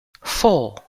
four